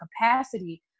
capacity